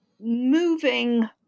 moving